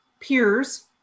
peers